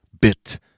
Bit